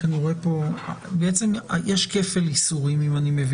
אם אני מבין נכון, יש כפל איסורים.